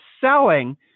selling